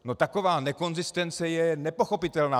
No taková nekonzistence je nepochopitelná.